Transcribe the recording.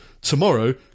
Tomorrow